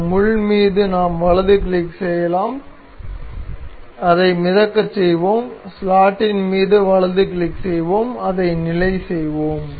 இந்த முள் மீது நாம் வலது கிளிக் செய்யலாம் அதை மிதக்கச் செய்வோம் ஸ்லாட்டின் மீது வலது கிளிக் செய்வோம் அதை நிலை செய்வோம்